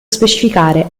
specificare